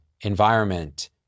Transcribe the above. environment